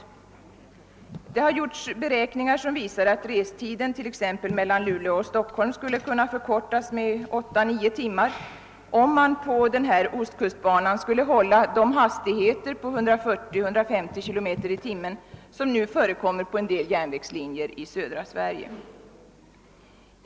Det har gjorts beräkningar som visar att restiden t.ex. mellan Luleå och Stockholm skulle kunna förkortas med 8—9 timmar, om man på ostkusthanan skulle hålla de hastigheter på 140—150 km i timmen som nu förekommer på en del järnvägslinjer i södra Sverige.